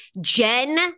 Jen